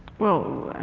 well,